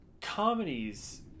comedies